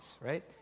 right